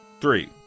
three